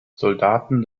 soldaten